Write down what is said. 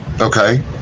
Okay